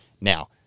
Now